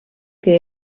que